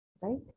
Right